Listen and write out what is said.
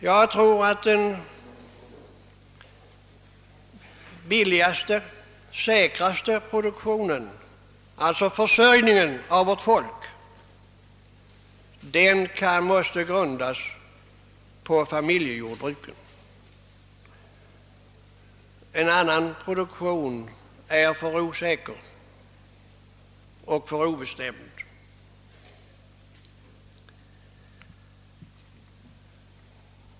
Jag tror att den billigaste och säkraste försörjningen av vårt folk måste grundas på familjejordbrukens produktion. En annan produktion blir för osäker och obestämd.